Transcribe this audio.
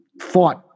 fought